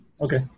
Okay